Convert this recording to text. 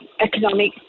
economic